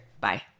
Bye